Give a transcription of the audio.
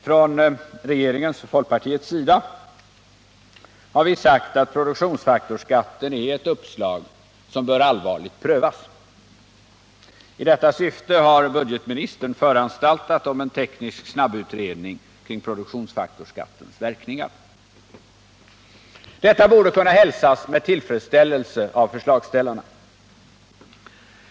Från regeringens och folkpartiets sida har vi sagt att produktionsfaktorsskatten är ett uppslag som bör allvarligt prövas. I detta syfte har budgetministern föranstaltat om en teknisk snabbutredning kring produktionsfaktorsskattens verkningar. Detta borde kunna hälsas med tillfredsställelse av förslagsställarna.